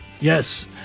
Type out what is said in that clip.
Yes